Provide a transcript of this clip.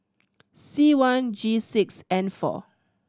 C one G six N four